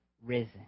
risen